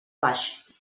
baix